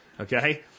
okay